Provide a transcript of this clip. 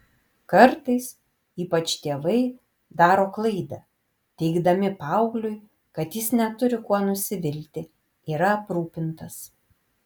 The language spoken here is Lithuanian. kartais ypač tėvai daro klaidą teigdami paaugliui kad jis neturi kuo nusivilti yra aprūpintas